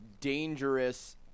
dangerous